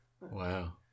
wow